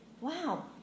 wow